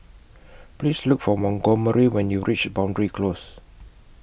Please Look For Montgomery when YOU REACH Boundary Close